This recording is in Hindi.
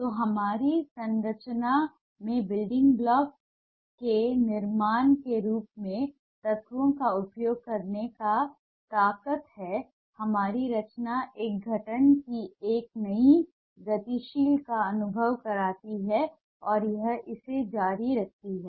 तो हमारी संरचना में ब्लॉक के निर्माण के रूप में तत्वों का उपयोग करने की ताकत है हमारी रचना एक गठन की एक नई गतिशील का अनुभव करती है और यह इसे जारी रखती है